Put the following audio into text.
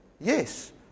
Yes